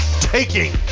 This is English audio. taking